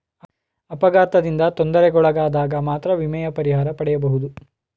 ಅಪಘಾತದಿಂದ ತೊಂದರೆಗೊಳಗಾದಗ ಮಾತ್ರ ವಿಮೆಯ ಪರಿಹಾರ ಪಡೆಯಬಹುದು